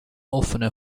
offene